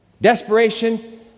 Desperation